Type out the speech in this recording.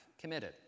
committed